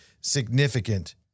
significant